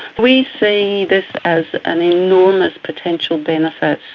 we see this as an enormous potential benefit.